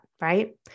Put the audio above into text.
right